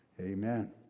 Amen